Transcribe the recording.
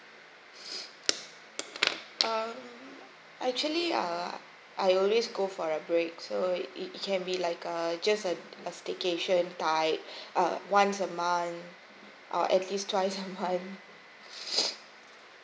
um actually uh I always go for a break so it can be like a just a staycation type err once a month or at least twice a month